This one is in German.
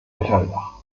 metalldach